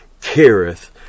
careth